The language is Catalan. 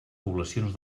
poblacions